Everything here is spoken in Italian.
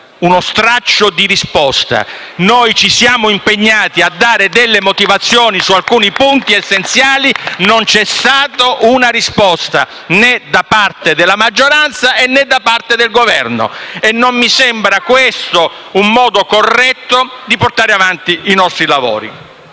uno straccio di risposta. Noi ci siamo impegnati a dare delle motivazioni su alcuni punti essenziali *(Applausi dal Gruppo FI-BP e PD)*, ma non c'è stata una risposta né da parte della maggioranza e né da parte del Governo. Non mi sembra questo un modo corretto di portare avanti i nostri lavori.